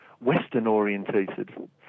Western-orientated